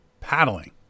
paddling